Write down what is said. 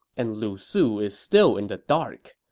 and lu su is still in the dark.